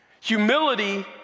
Humility